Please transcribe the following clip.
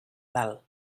dalt